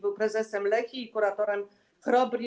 Był prezesem Lechii i kuratorem Chrobrii.